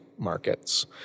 Markets